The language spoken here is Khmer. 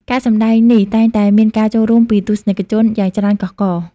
ការសម្តែងនេះតែងតែមានការចូលរួមពីទស្សនិកជនយ៉ាងច្រើនកុះករ។